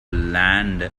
land